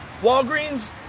Walgreens –